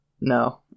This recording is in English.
No